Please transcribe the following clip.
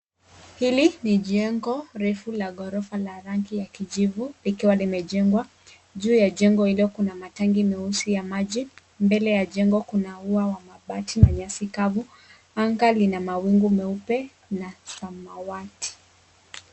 Hili ni jengo refu la ghorofa la rangi ya kijivu likiwa limejengwa. Juu ya jengo kuna matangi mawili meusi ya maji. Mbele ya jengo kuna ua wa mabati na nyasi kavu. Anga Lina mawingu meupe na samawati.